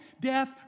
death